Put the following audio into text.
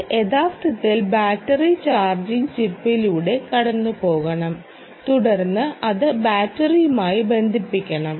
ഇത് യഥാർത്ഥത്തിൽ battery charging ചിപ്പിലൂടെ കടന്നുപോകണം തുടർന്ന് അത് ബാറ്ററിയുമായി ബന്ധിപ്പിക്കണം